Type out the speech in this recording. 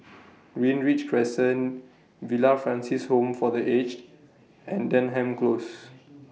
Greenridge Crescent Villa Francis Home For The Aged and Denham Close